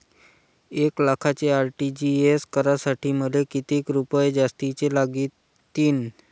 एक लाखाचे आर.टी.जी.एस करासाठी मले कितीक रुपये जास्तीचे लागतीनं?